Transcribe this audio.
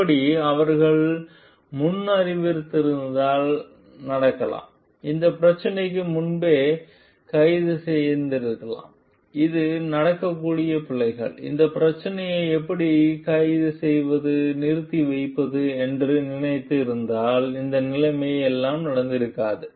இப்படி அவர்கள் முன்னறிவித்திருந்தால் நடக்கலாம் இந்த பிரச்சனைக்கு முன்பே கைது செய்திருக்கலாம் இது நடக்கக்கூடிய பிழைகள் இந்த பிரச்சனைக்கு எப்படி கைது செய்வது என்று நினைத்து இருந்தால் இந்த நிலைமை எல்லாம் நடந்திருக்காது